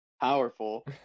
powerful